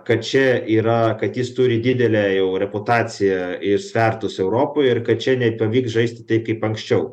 kad čia yra kad jis turi didelę jau reputaciją ir svertus europoj ir kad čia nei pavyks žaisti taip kaip anksčiau